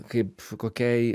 kaip kokiai